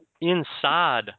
inside